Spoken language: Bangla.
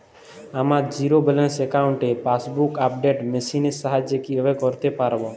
আমার জিরো ব্যালেন্স অ্যাকাউন্টে পাসবুক আপডেট মেশিন এর সাহায্যে কীভাবে করতে পারব?